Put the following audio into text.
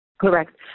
Correct